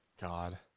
God